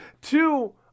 Two